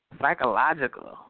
psychological